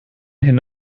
hin